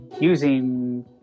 using